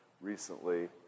recently